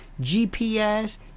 GPS